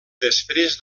després